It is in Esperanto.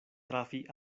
trafi